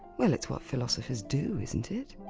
well, it's what philosophers do, isn't it?